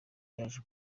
yaje